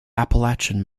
appalachian